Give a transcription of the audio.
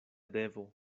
devo